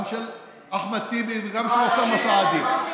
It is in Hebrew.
גם של אחמד טיבי וגם של אוסאמה סעדי.